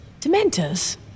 Dementors